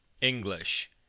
English